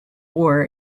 war